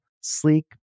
sleek